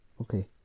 Okay